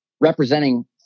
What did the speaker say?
representing